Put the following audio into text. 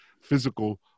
physical